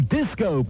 Disco